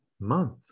month